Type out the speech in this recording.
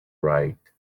write